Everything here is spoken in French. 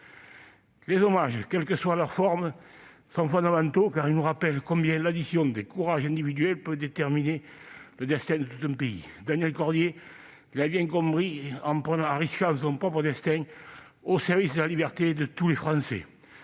Les hommages, quelle que soit leur forme, sont fondamentaux, car ils nous rappellent combien l'addition des courages individuels peut déterminer le destin de tout un pays. Daniel Cordier l'avait bien compris, en risquant son propre destin au service de la liberté de tous les Français.